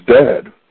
dead